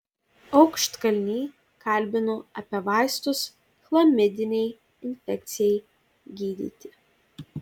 aukštkalnį kalbinu apie vaistus chlamidinei infekcijai gydyti